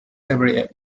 every